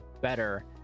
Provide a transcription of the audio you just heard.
better